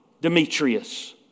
Demetrius